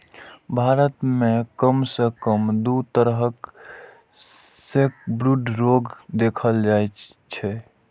भारत मे कम सं कम दू तरहक सैकब्रूड रोग देखल जाइ छै